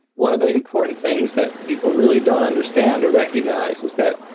one of the important things that people really don't understand or recognise is that,